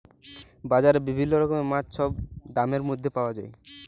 বাজারে বিভিল্ল্য রকমের মাছ ছব দামের ম্যধে পাউয়া যায়